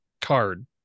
card